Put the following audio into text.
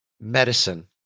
medicine